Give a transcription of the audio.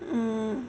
hmm